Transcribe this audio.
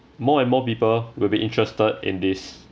more and more people will be interested in this